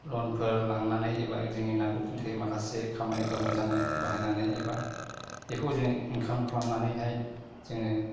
लनफोर लांनानै एबा जोंनि नांगौफोरनि थाखाय माखासे खामानिफ्राव मोजां बाहायनानै एबा बेखौ जोङो इनकाम खालामनानैहाय जोङो